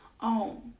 own